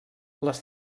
les